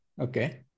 Okay